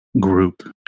group